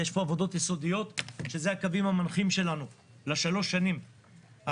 ויש פה עבודות יסודיות שאלה הקווים המנחים שלנו לשלוש השנים הקרובות.